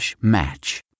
match